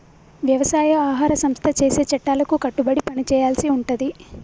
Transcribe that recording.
వ్యవసాయ ఆహార సంస్థ చేసే చట్టాలకు కట్టుబడి పని చేయాల్సి ఉంటది